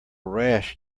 rash